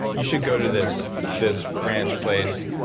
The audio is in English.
you should go to this this ranch place,